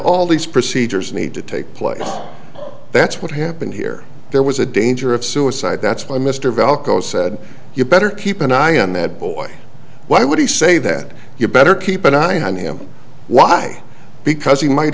all these procedures need to take place that's what happened here there was a danger of suicide that's why mr valko said you better keep an eye on that boy why would he say that you better keep an eye on him why because he might